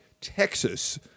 Texas